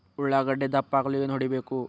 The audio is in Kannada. ಉಳ್ಳಾಗಡ್ಡೆ ದಪ್ಪ ಆಗಲು ಏನು ಹೊಡಿಬೇಕು?